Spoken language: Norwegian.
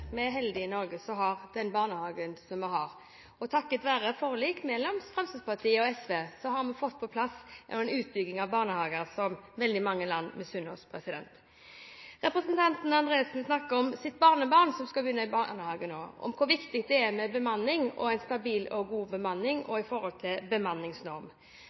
takket være et forlik mellom Fremskrittspartiet og SV har vi fått på plass en utbygging av barnehager som veldig mange land misunner oss. Representanten Kvifte Andresen snakker om sitt barnebarn som skal begynne i barnehage nå, og om hvor viktig det er med en stabil og god bemanning, også i forhold til